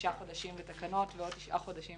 שישה חודשים לתקנות ועוד תשעה חודשים